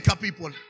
people